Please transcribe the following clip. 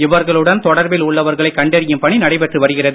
இவர்களுடன் தொடர்பில் உள்ளவர்களை கண்டறியும் பணி நடைபெற்று வருகிறது